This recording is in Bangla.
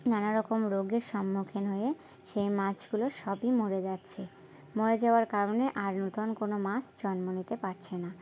নানা রকম রোগের সম্মুখীন হয়ে সেই মাছগুলো সবই মরে যাচ্ছে মরে যাওয়ার কারণে আর নতুন কোনো মাছ জন্ম নিতে পারছে না